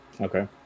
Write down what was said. Okay